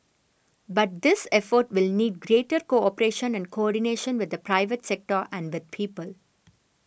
but this effort will need greater cooperation and coordination with the private sector and the people